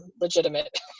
legitimate